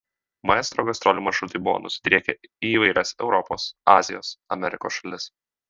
maestro gastrolių maršrutai buvo nusidriekę į įvairias europos azijos amerikos šalis